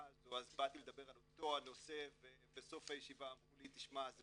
הזאת באתי לדבר על אותו נושא ובסוף הישיבה באו ואמרו לי "תשמע,